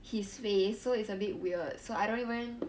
his face so it's a bit weird so I don't even